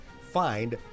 find